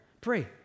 pray